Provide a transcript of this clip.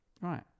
Right